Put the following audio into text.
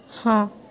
ହଁ